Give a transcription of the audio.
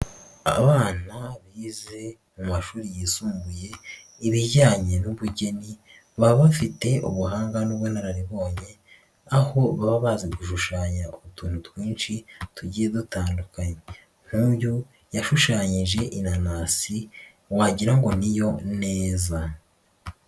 Abana bize mu mashuri yisumbuye n'ibijyanye n'ubugeni baba bafite ubuhanga n'ubunararibonye, aho baba bazi gushushanya utuntu twinshi tugiye dutandukanye, nk'uyu yashushanyije inanasi wagira ngo ni yo neza.